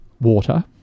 water